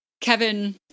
Kevin